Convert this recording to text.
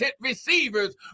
receivers